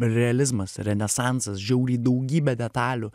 realizmas renesansas žiauriai daugybė detalių